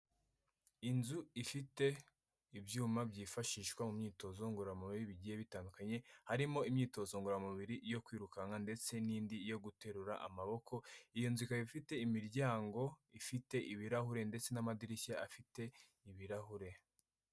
Inzu ifite ibyuma byifashishwa mu myitozo ngoramubiri bigiye bitandukanye, harimo imyitozo ngororamubiri yo kwirukanka ndetse n'indi yo guterura amaboko, iyo nzu, ikaba ifite imiryango, ifite ibirahure ndetse n'amadirishya afite ibirahure.